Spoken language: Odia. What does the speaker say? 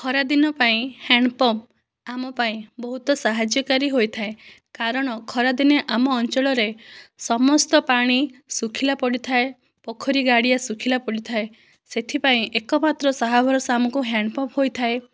ଖରା ଦିନ ପାଇଁ ହ୍ୟାଣ୍ଡପମ୍ପ ଆମ ପାଇଁ ବହୁତ ସାହାଯ୍ୟକାରି ହୋଇଥାଏ କାରଣ ଖରାଦିନେ ଆମ ଅଞ୍ଚଳରେ ସମସ୍ତ ପାଣି ଶୁଖିଲା ପଡ଼ିଥାଏ ପୋଖରୀ ଗାଡ଼ିଆ ଶୁଖିଲା ପଡ଼ିଥାଏ ସେଥିପାଇଁ ଏକମାତ୍ର ସାହା ଭରସା ଆମକୁ ହ୍ୟାଣ୍ଡପମ୍ପ ହୋଇଥାଏ